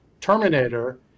Terminator